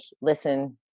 listen